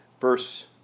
verse